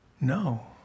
No